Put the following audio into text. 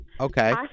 Okay